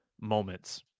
moments